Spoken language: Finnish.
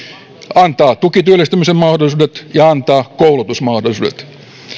antaa tukityöllistymisen mahdollisuudet ja antaa koulutusmahdollisuudet